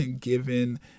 given